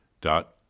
dot